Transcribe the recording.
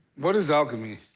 what is alchemy?